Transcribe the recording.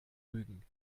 rügen